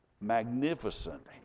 magnificent